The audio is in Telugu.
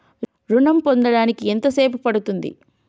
ఋణం పొందడానికి ఎంత సేపు పడ్తుంది?